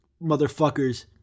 motherfuckers